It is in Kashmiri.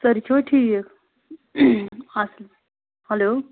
سٲری چھِوا ٹھیٖک اَصٕل ہیٚلو